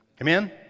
Amen